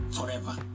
forever